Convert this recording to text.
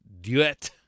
Duet